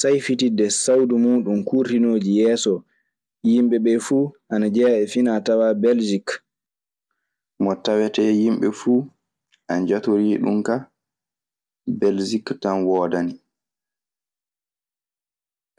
Sayifitinde sawdu muuɗun kortunoji heso yimɓeeɓe fu ana jeha e finatawaa belsik. Mo tawetee yimɓe fuu ana njatorii ɗun kaa, Belsik tan woodani.